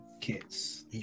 kits